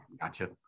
gotcha